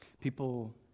People